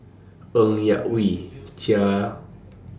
Ng Yak Whee Chia